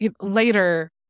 later